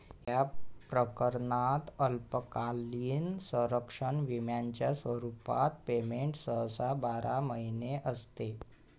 या प्रकरणात अल्पकालीन संरक्षण विम्याच्या स्वरूपात पेमेंट सहसा बारा महिने असते